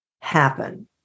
happen